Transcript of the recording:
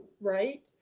right